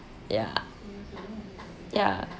ya ya